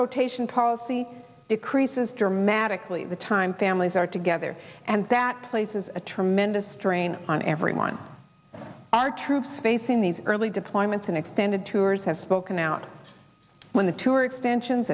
rotation policy decreases dramatically the time families are together and that places a tremendous strain on everyone our troops facing these early deployments and extended tours has spoken out when the tour extensions